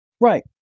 Right